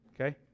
okay